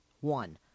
one